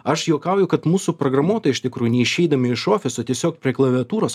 aš juokauju kad mūsų programuotojai iš tikrųjų neišeidami iš ofiso tiesiog prie klaviatūros